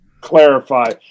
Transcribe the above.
clarify